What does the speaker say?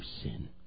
sin